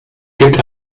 gibt